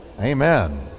Amen